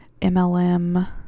MLM